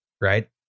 right